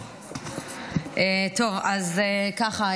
טוב, אז ככה.